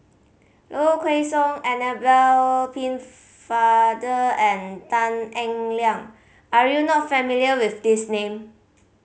Low Kway Song Annabel Pennefather and Tan Eng Liang are you not familiar with these name